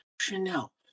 Chanel